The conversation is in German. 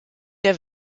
der